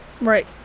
Right